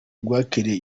rwakiriye